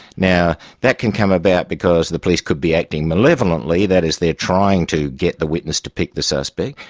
now that can come about because the police could be acting malevolently, that is, they're trying to get the witness to pick the suspect,